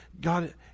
God